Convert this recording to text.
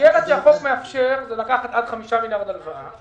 המסגרת שהחוק מאפשר היא לקחת עד 5 מיליארד שקלים הלוואה,